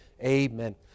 Amen